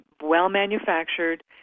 well-manufactured